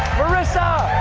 marissa.